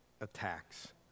attacks